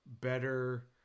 better